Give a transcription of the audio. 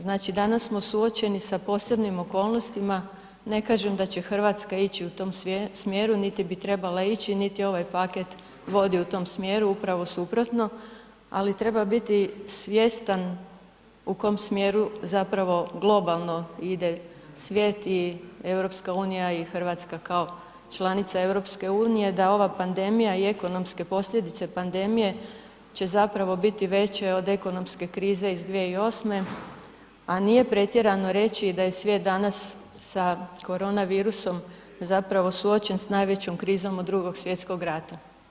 Znači danas smo suočeni sa posebnim okolnostima, ne kažem da će Hrvatska ići u tom smjeru niti bi trebala ići, niti ovaj paket vodi u tom smjeru, upravo suprotno, ali treba biti svjestan u kom smjeru zapravo globalno ide svijet i EU i Hrvatska kao članica EU da ova pandemija i ekonomske posljedice pandemije će zapravo biti veće od ekonomske krize iz 2008., a nije pretjerano reći da je svijet danas sa korona virusom suočen sa najvećom krizom od Drugog svjetskog rata.